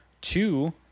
two